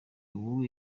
ubu